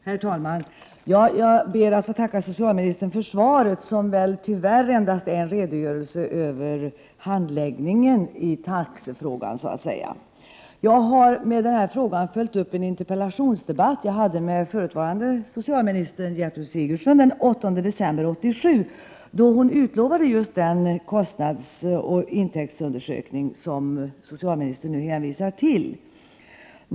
Herr talman! Jag ber att få tacka socialministern för svaret, som tyvärr endast är en redogörelse för handläggningen av taxefrågan. Jag har med denna fråga följt upp en interpellationsdebatt jag hade med förutvarande socialminister Gertrud Sigurdsen den 8 december 1987. Hon utlovade då just den kostnadsoch intäktsundersökning som socialministern nu hänvisar till.